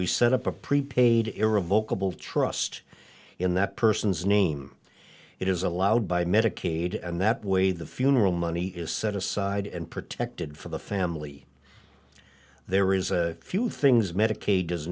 we set up a prepaid irrevocably trust in that person's name it is allowed by medicaid and that way the funeral money is set aside and protected for the family there is a few things medicaid does